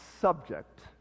subject